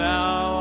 now